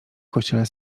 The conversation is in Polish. kościele